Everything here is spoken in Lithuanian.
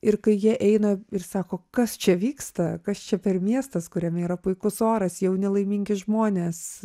ir kai jie eina ir sako kas čia vyksta kas čia per miestas kuriame yra puikus oras jau nelaimingi žmonės